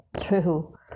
true